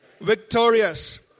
victorious